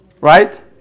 Right